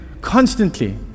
constantly